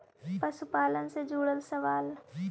पशुपालन से जुड़ल सवाल?